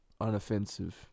Unoffensive